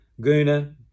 Guna